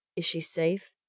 is she safe?